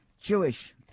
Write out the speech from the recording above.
Jewish